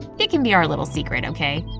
it can be our little secret, okay?